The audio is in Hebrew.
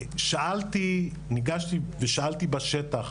ניגשתי ושאלתי בשטח,